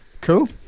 Cool